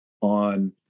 on